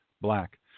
black